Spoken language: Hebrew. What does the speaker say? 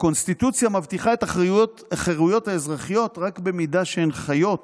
הקונסטיטוציה מבטיחה את החירויות האזרחיות רק במידה שהן חיות